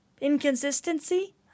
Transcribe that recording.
inconsistency